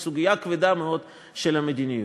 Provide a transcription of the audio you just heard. זו סוגיה כבדה מאוד של המדיניות.